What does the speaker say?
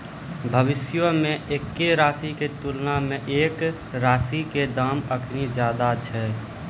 भविष्यो मे एक्के राशि के तुलना मे एक राशि के दाम अखनि ज्यादे छै